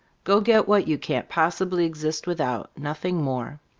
go get what you can't possibly exist without, nothing more.